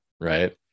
right